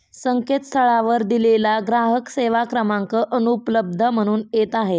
संकेतस्थळावर दिलेला ग्राहक सेवा क्रमांक अनुपलब्ध म्हणून येत आहे